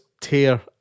tear